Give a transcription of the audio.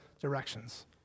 directions